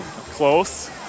Close